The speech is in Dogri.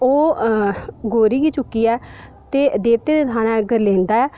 ओह् कौड़ी गी चुक्कियै ते देवतें दे थाह्ने दे उप्पर लेंदा ऐ